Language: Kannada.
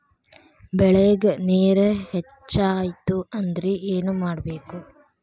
ಬೆಳೇಗ್ ನೇರ ಹೆಚ್ಚಾಯ್ತು ಅಂದ್ರೆ ಏನು ಮಾಡಬೇಕು?